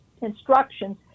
instructions